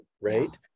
Right